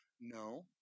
No